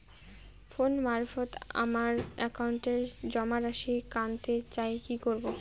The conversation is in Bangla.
ফোন মারফত আমার একাউন্টে জমা রাশি কান্তে চাই কি করবো?